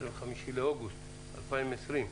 ה-25 לאוגוסט 2020,